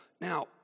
Now